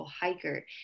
hiker